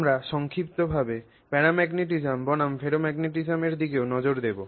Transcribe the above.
আমরা সংক্ষিপ্তভাবে প্যারাম্যাগনেটিজম বনাম ফেরোম্যাগনেটিজমের দিকেও নজর দেব